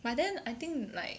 but then I think like